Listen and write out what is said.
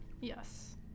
Yes